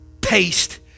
paste